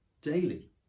daily